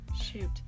Shoot